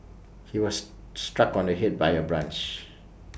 he was struck on the Head by A branch